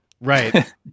Right